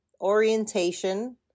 orientation